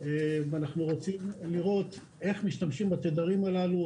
ואנחנו רוצים לראות איך משתמשים בתדרים הללו,